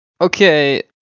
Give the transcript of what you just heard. Okay